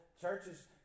churches